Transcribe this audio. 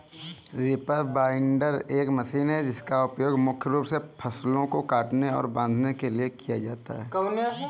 reaper binder एक machine है जिसका उपयोग मुख्य रूप से फसलों को काटने और बांधने के लिए किया जाता है